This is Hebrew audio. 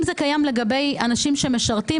אם זה קיים לגבי אנשים שמשרתים,